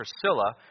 Priscilla